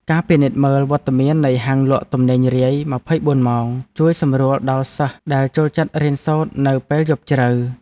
ការពិនិត្យមើលវត្តមាននៃហាងលក់ទំនិញរាយម្ភៃបួនម៉ោងជួយសម្រួលដល់សិស្សដែលចូលចិត្តរៀនសូត្រនៅពេលយប់ជ្រៅ។